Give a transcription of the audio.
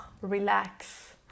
relax